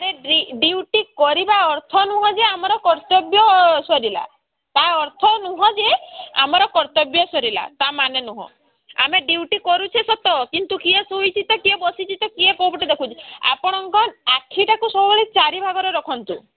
ମ ଡ୍ୟୁଟି କରିବା ଅର୍ଥ ନୁହଁ ଯେ ଆମର କର୍ତ୍ତବ୍ୟ ସରିଲା ତା ଅର୍ଥ ନୁହଁ ଯେ ଆମର କର୍ତ୍ତବ୍ୟ ସରିଲା ତା ମାନେ ନୁହଁ ଆମେ ଡ୍ୟୁଟି କରୁଛେ ସତ କିନ୍ତୁ କିିଏ ଶୋଇଛି ତ କିଏ ବସିଛି ତ କିଏ କେଉଁ ଗୋଟେ ଦେଖୁଛି ଆପଣଙ୍କ ଆଖିଟାକୁ ସବୁବେଳେ ଚାରି ଭାଗରେ ରଖନ୍ତୁ